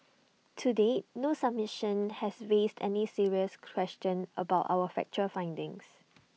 to date no submission has raised any serious question about our factual findings